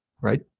right